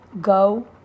go